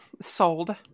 Sold